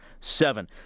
seven